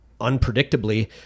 unpredictably –